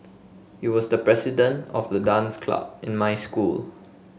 he was the president of the dance club in my school